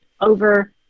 over